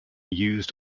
used